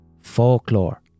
folklore